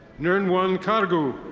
nurnwung kargu.